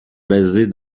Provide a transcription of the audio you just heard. basée